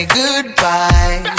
goodbye